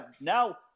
now